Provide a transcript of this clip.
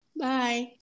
Bye